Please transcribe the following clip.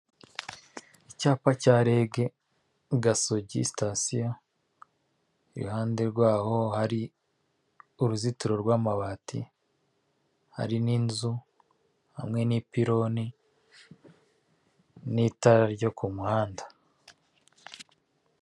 Icyapa cya rege Gasogi sitasiyo, iruhande rwaho hari uruzitiro rw'amabati, hari n'inzu hamwe n'ipiloni, n'itara ryo ku muhanda.